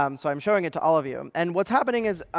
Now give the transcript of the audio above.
um so i'm showing it to all of you. and what's happening is,